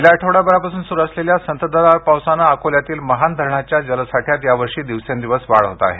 गेल्या आठवडाभरापासून सुरू असलेल्या संततधार पावसामुळे अकोल्यातील महान धरणाच्या जलसाठ्यात यावर्षी दिवसेंदिवस सतत वाढ होत आहे